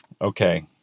Okay